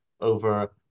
over